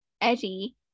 Eddie